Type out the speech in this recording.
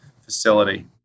facility